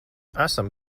esam